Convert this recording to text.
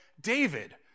David